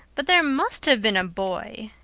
but there must have been a boy,